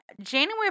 January